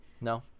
No